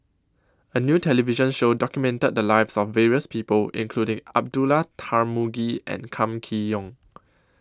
A New television Show documented The Lives of various People including Abdullah Tarmugi and Kam Kee Yong